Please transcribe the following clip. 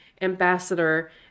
ambassador